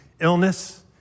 illness